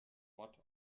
what